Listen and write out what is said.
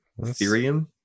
ethereum